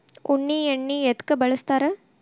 ಉಣ್ಣಿ ಎಣ್ಣಿ ಎದ್ಕ ಬಳಸ್ತಾರ್?